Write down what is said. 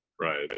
right